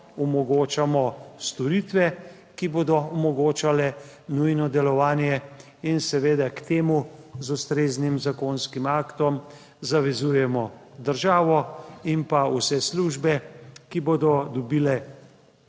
omogočamo storitve, ki bodo omogočale nujno delovanje, in seveda k temu z ustreznim zakonskim aktom zavezujemo državo in pa vse službe, ki bodo dobile